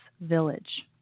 village